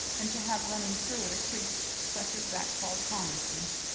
and to have running through it a creek, such as that called tomlinson's,